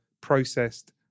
processed